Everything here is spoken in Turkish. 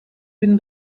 bin